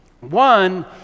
One